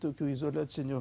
tokių izoliacinių